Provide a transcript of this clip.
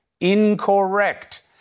incorrect